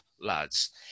lads